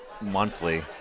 monthly